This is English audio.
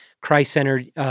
Christ-centered